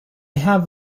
have